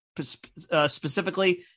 specifically